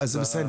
אז זה בסדר,